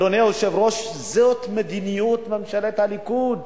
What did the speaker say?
אדוני היושב-ראש, זאת מדיניות ממשלת הליכוד,